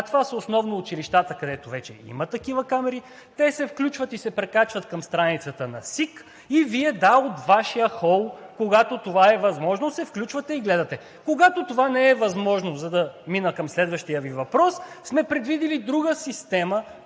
а това са основно училищата, където вече има такива камери, те се включват и се прекачват към страницата на СИК и Вие, да от Вашия хол, когато това е възможно, се включвате и гледате. Когато това не е възможно, за да мина към следващия Ви въпрос, сме предвидили друга система,